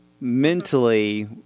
mentally